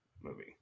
movie